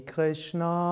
Krishna